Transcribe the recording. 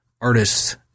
artists